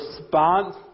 response